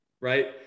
right